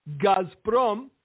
Gazprom